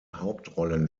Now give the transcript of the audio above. hauptrollen